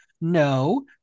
No